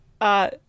uh-